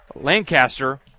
Lancaster